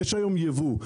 יש היום ייבוא.